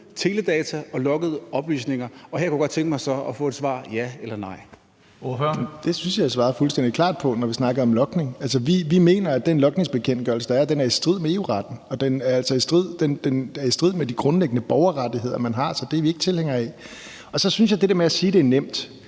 Tredje næstformand (Karsten Hønge): Ordføreren. Kl. 19:16 Pelle Dragsted (EL): Det synes jeg svarede fuldstændig klart på, når vi snakker om logning. Altså, vi mener, at den logningsbekendtgørelse, der er, er i strid med EU-retten, og den er i strid med de grundlæggende borgerrettigheder, man har, så det er vi ikke tilhængere af. I forhold til det der med at sige, at det er nemt,